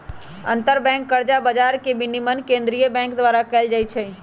अंतरबैंक कर्जा बजार के विनियमन केंद्रीय बैंक द्वारा कएल जाइ छइ